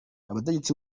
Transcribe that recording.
abategetsi